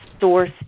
source